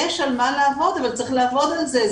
יש על מה לעבוד אבל צריך לעבוד על זה,